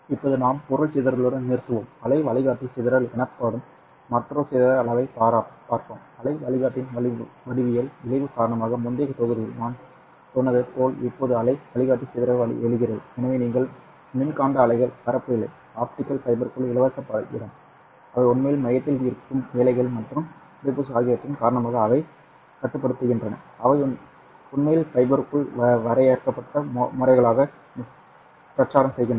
இப்போது நாம் பொருள் சிதறலுடன் நிறுத்துவோம் அலை வழிகாட்டி சிதறல் எனப்படும் மற்றொரு சிதறல் அளவைப் பார்ப்போம் அலை வழிகாட்டலின் வடிவியல் விளைவு காரணமாக முந்தைய தொகுதியில் நான் சொன்னது போல் இப்போது அலை வழிகாட்டி சிதறல் எழுகிறது எனவே நீங்கள் மின்காந்த அலைகள் பரப்பவில்லை ஆப்டிகல் ஃபைபருக்குள் இலவச இடம் அவை உண்மையில் மையத்தில் இருக்கும் எல்லைகள் மற்றும் உறைப்பூச்சு ஆகியவற்றின் காரணமாக அவை கட்டுப்படுத்தப்படுகின்றன அவை உண்மையில் ஃபைபருக்குள் வரையறுக்கப்பட்ட முறைகளாக பிரச்சாரம் செய்கின்றன